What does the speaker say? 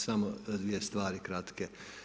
Samo dvije stvari, kratke.